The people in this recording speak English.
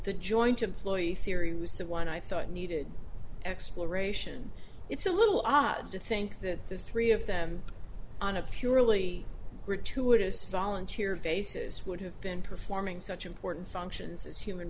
the joint employee theory was the one i thought needed exploration it's a little odd to think that the three of them on a purely were two it is volunteer basis would have been performing such important functions as human